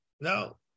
No